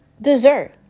Dessert